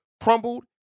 crumbled